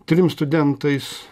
trim studentais